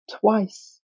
twice